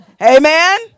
Amen